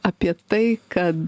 apie tai kad